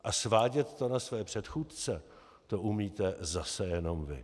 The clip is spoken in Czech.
A svádět to na své předchůdce, to umíte zase jenom vy.